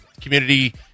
community